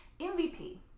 MVP